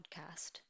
podcast